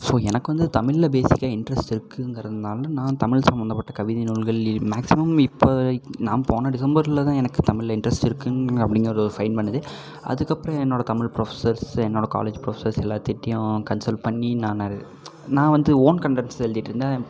so எனக்கு வந்து தமிழில் பேசிக்காக இன்ட்ரஸ்ட் இருக்குங்கிறதுனால நான் தமிழ் சம்மந்தப்பட்ட கவிதை நூல்கள்லையும் மேக்சிமம் இப்போ நான் போன டிசம்பரில் தான் எனக்கு தமிழில் இன்ட்ரஸ்ட் இருக்குன்னு அப்படிங்கிற ஒரு ஃபைண்ட் பண்ணதே அதுக்கப்புறம் என்னோட தமிழ் ப்ரஃபசர்ஸ் என்னோட காலேஜ் ப்ரஃபசர் எல்லாத்துகிட்டையும் கன்சல் பண்ணி நான் ந நான் வந்து ஓன் கண்டெண்ட்ஸ் எழுதிகிட்டு இருந்தேன்